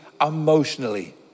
emotionally